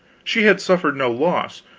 she had suffered no loss,